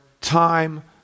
time